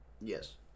Yes